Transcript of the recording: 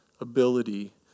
ability